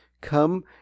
Come